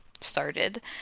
started